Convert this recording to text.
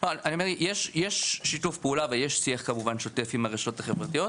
יש שיתוף פעולה ויש כמובן שיח שוטף עם הרשתות החברתיות.